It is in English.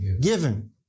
given